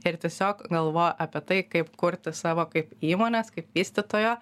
ir tiesiog galvoja apie tai kaip kurti savo kaip įmonės kaip vystytojo